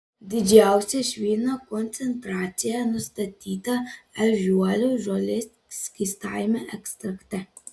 didžiausia švino koncentracija nustatyta ežiuolių žolės skystajame ekstrakte